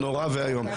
זה נורא ואיום.